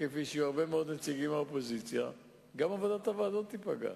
כמעט באופן אישי אבל לא לעניין האישי אני מתכוון: